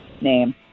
name